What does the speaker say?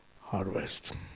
harvest